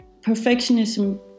perfectionism